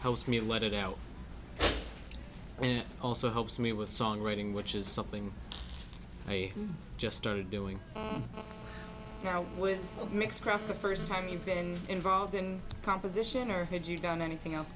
helps me let it out and it also helps me with songwriting which is something i just started doing now with mixed craft the first time you've been involved in composition or had you done anything else